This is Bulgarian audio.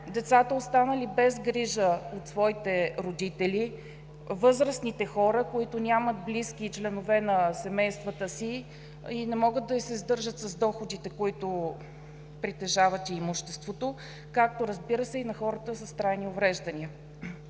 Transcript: децата, останали без грижа от своите родители, възрастните хора, които нямат близки и членове на семействата, и не могат да се издържат с доходите и имуществото, които притежават, както, разбира се, и на хората с трайни увреждания.